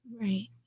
Right